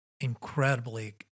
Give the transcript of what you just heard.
incredibly